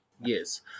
Yes